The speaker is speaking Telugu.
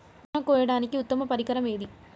జొన్న కోయడానికి ఉత్తమ పరికరం ఏది?